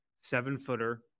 seven-footer